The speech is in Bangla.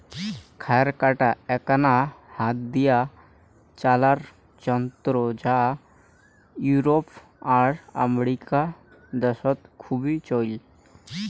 খ্যার কাটা এ্যাকনা হাত দিয়া চালার যন্ত্র যা ইউরোপ আর আমেরিকা দ্যাশত খুব চইল